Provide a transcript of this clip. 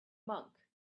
monk